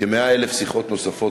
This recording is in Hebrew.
כ-100,000 שיחות נוספות,